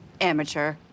amateur